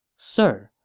sir,